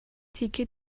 تیکه